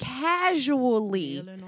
casually